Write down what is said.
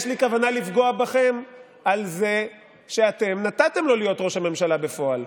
יש לי כוונה לפגוע בכם על זה שאתם נתתם לו להיות ראש הממשלה בפועל.